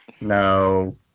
no